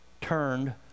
turned